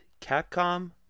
Capcom